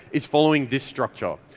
is following this structure.